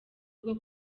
bwo